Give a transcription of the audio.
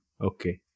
Okay